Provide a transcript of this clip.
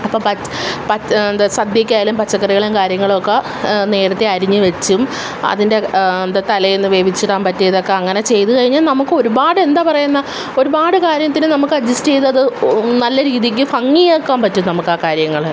അപ്പോൾ പച്ച പച്ച എന്താ സദ്യക്കായാലും പച്ചക്കറികളും കാര്യങ്ങളൊക്കെ നേരത്തെ അരിഞ്ഞുവെച്ചും അതിൻ്റെ എന്താ തലേന്ന് വേവിച്ചിടാൻ പറ്റിയതൊക്കെ അങ്ങനെ ചെയ്തു കഴിഞ്ഞാൽ നമുക്ക് ഒരുപാട് എന്താ പറയുന്ന ഒരുപാട് കാര്യത്തിന് നമുക്ക് അഡ്ജസ്റ്റെയ്തത് നല്ല രീതിക്ക് ഭംഗിയാക്കാൻ പറ്റും നമുക്കാ കാര്യങ്ങൾ